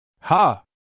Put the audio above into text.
Ha